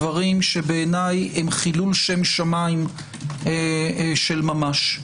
דברים שהם בעיניי חילול שם שמיים של ממש.